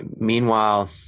meanwhile